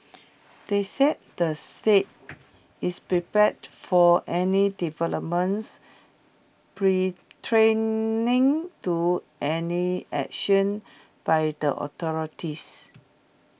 they said the site is prepared for any developments pre training to any action by the authorities